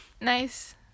Nice